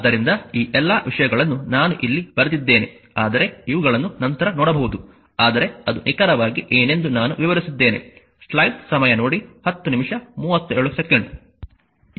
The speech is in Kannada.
ಆದ್ದರಿಂದ ಈ ಎಲ್ಲಾ ವಿಷಯಗಳನ್ನು ನಾನು ಇಲ್ಲಿ ಬರೆದಿದ್ದೇನೆ ಆದರೆ ಇವುಗಳನ್ನು ನಂತರ ನೋಡಬಹುದು ಆದರೆ ಅದು ನಿಖರವಾಗಿ ಏನೆಂದು ನಾನು ವಿವರಿಸಿದ್ದೇನೆ